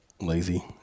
lazy